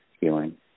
healing